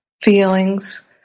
feelings